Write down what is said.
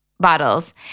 bottles